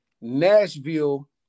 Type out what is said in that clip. Nashville